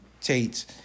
Tates